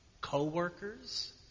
co-workers